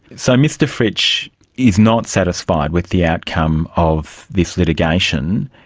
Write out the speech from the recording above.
so mr fritsch is not satisfied with the outcome of this litigation,